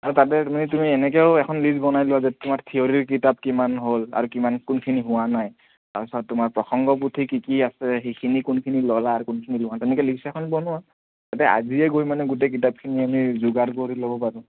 আৰু তাতে তুমি তুমি এনেকৈও এখন লিষ্ট বনাই লোৱা যে তোমাৰ থিয়ৰিৰ কিতাপ কিমান হ'ল আৰু কিমান কোনখিনি হোৱা নাই তাৰপিছত তোমাৰ প্ৰসঙ্গ পুথি কি কি আছে সেইখিনি কোনখিনি ল'লা আৰু কোনখিনি লোৱা নাই তেনেকৈ লিষ্ট এখন বনোৱা তাতে আজিয়ে গৈ মানে গোটেই কিতাপখিনি আনি যোগাৰ কৰি ল'ব পাৰিবা